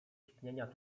istnienia